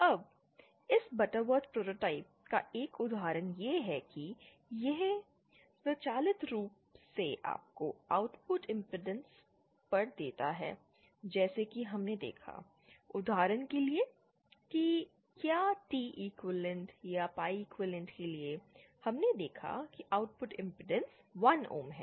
अब इस Butterworth prototype का एक उदाहरण यह है कि यह स्वचालित रूप से आपको आउटपुट इमपेडेंस पर देता है जैसा कि हमने देखा उदाहरण के लिए कि क्या T इकोईवैलेंट या पाई इकोईवैलेंट के लिए हमने देखा कि आउटपुट इमपेडेंस 1 ओम है